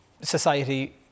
society